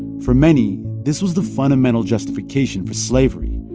for many, this was the fundamental justification for slavery.